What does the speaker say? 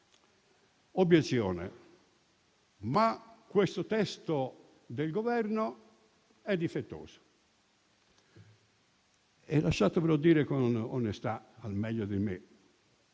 Obiezione: questo testo del Governo però è difettoso. Lasciatemelo dire con onestà, al meglio di me: